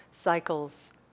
cycles